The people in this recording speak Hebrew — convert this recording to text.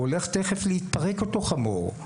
הוא הולך תכף להתפרק אותו חמור,